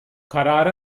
kararı